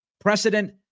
precedent